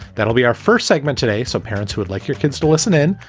that will be our first segment today. so parents would like your kids to listen in.